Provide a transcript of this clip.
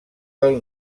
del